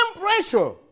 pressure